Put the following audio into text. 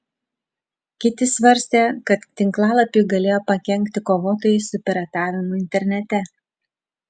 kiti svarstė kad tinklalapiui galėjo pakenkti kovotojai su piratavimu internete